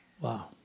Wow